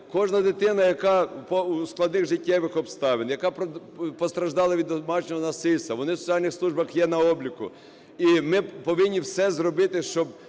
кожна дитина, яка у складних життєвих обставинах, яка постраждала від домашнього насильства, вони в соціальних службах є на обліку. І ми повинні все зробити, щоб